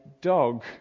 dog